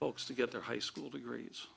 folks to get their high school degrees